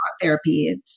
therapy